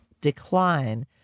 decline